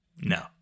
no